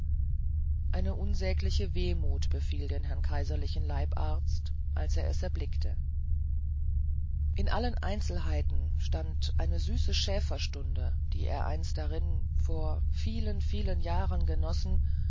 eine unsägliche wehmut befiel den herrn kaiserlichen leibarzt als er es erblickte in allen einzelheiten stand eine süße schäferstunde die er einst darin vor vielen vielen jahren genossen